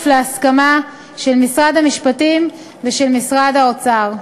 להסכמה של משרד המשפטים ושל משרד האוצר.